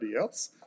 else